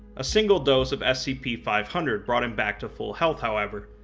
a single dose of scp five hundred brought him back to full health however,